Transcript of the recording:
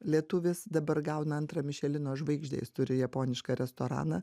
lietuvis dabar gauna antrą mišelino žvaigždę jis turi japonišką restoraną